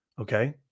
Okay